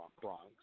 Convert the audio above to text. Bronx